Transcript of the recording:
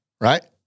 right